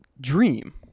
dream